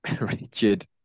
Richard